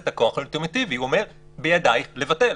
את הכוח האולטימטיבי ואומרת: בידייך לבטל.